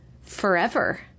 forever